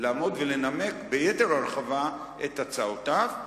לעמוד ולנמק ביתר הרחבה את הצעותיו.